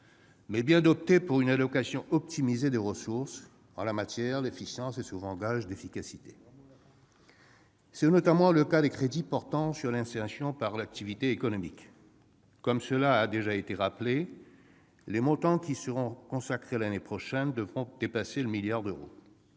mais bien d'opter pour une allocation optimisée des ressources ; en la matière, l'efficience est souvent gage d'efficacité. C'est notamment le cas des crédits portant sur l'insertion par l'activité économique. Cela a déjà été rappelé, les montants qui y seront consacrés l'année prochaine devraient dépasser 1 milliard d'euros.